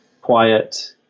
quiet